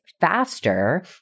faster